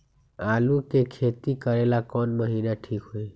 आलू के खेती करेला कौन महीना ठीक होई?